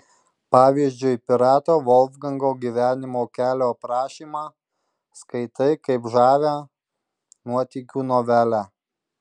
pavyzdžiui pirato volfgango gyvenimo kelio aprašymą skaitai kaip žavią nuotykių novelę